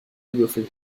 würfel